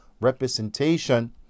representation